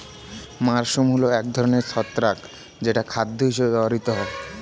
mushroom হল এক ধরনের ছত্রাক যেটা খাদ্য হিসেবে ব্যবহৃত হয়